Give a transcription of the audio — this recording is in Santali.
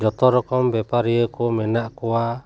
ᱡᱚᱛᱚ ᱨᱚᱠᱚᱢ ᱵᱮᱯᱟᱨᱤᱭᱟᱹ ᱠᱚ ᱢᱮᱱᱟᱜ ᱠᱚᱣᱟ